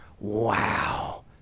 wow